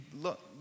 look